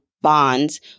bonds